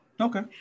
Okay